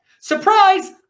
Surprise